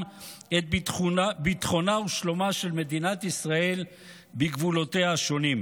את ביטחונה ושלומה של מדינת ישראל בגבולותיה השונים.